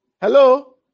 Hello